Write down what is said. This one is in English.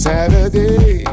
Saturday